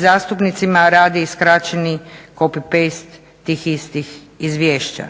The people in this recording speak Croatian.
zastupnicima radi skraćeni copy-paste tih istih izvješća.